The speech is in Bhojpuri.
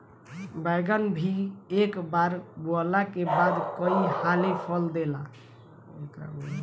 बैगन भी एक बार बोअला के बाद कई हाली फल देला